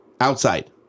Outside